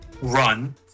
Run